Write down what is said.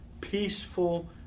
peaceful